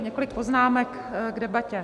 Několik poznámek k debatě.